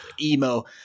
emo